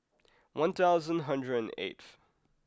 one thousand hundred and eighth